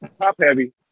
top-heavy